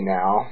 now